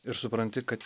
ir supranti kad